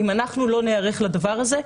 אם אנחנו לא ניערך לדבר הזה,